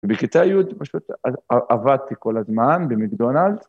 ובקיצה היהודי פשוט עבדתי כל הזמן במקדונלד.